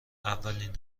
اولین